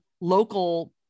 local